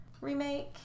remake